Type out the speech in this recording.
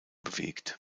bewegt